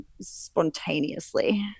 spontaneously